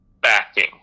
backing